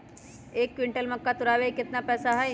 एक क्विंटल मक्का तुरावे के केतना पैसा होई?